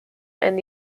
and